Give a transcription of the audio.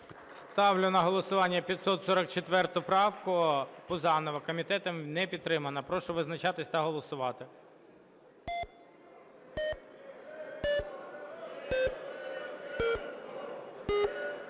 Ставлю на голосування 544 правку Пузанова. Комітетом не підтримана. Прошу визначатись та голосувати.